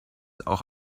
auch